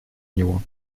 него